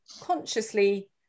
consciously